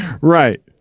Right